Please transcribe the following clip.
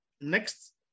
next